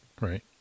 right